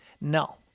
no